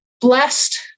blessed